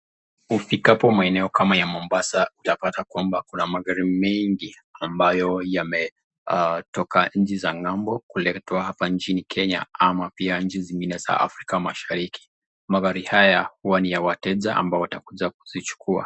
Ufikapo maeneo kama Mombasa utapata kwamba Kuna magari mingi ambayo yametoka nchi za ngambo kuletwa hapa Kenya ama pia nchi zingine za Afrika Mashariki, Magari haya Huwa ni ya wateja ambao watakuja kuzichukua.